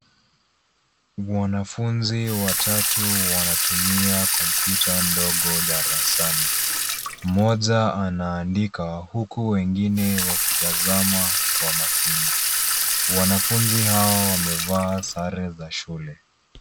Wanafunzi watatu wanatumia kompyuta ndogo darasani. Mmoja anaandika huku wengine wakitazama kwa makini. Wanafunzi hao wamevaa sare za shule.